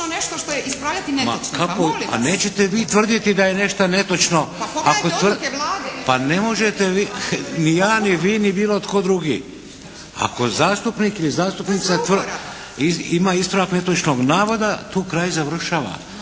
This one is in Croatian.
**Šeks, Vladimir (HDZ)** Pa ne možete vi, ni ja, ni vi, ni bilo tko drugi. Ako zastupnik ili zastupnica ima ispravak netočnog navoda, tu kraj završava.